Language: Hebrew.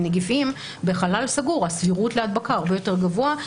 נגיפי שבחלל סגור הסבירות להדבקה היא הרבה יותר גבוהה.